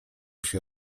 się